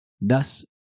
Thus